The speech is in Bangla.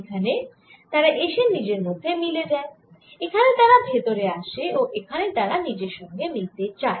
এখানে তারা এসে নিজের মধ্যে মিলে যায় এখানে তারা ভেতরে আসে আর এখানে তারা নিজের সঙ্গে মিলতে চায়